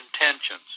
intentions